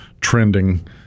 trending